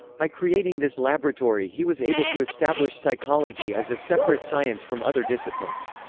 by creating this laboratory he was able to establish psychology as a separate science from other disciplines.